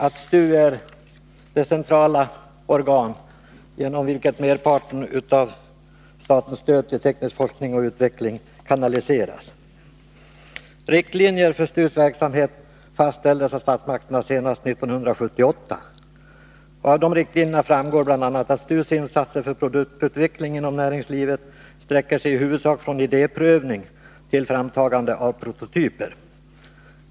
STU är det centrala organ genom vilket merparten av statens stöd till teknisk forskning och utveckling kanaliseras. Riktlinjer för STU:s verksamhet fastställdes av statsmakterna senast 1978. Av riktlinjerna framgår bl.a. att STU:s insatser för produktutveckling inom näringslivet sträcker sig i huvudsak från idéprövning till framtagande av prototyper.